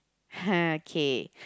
kay